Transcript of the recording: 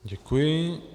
Děkuji.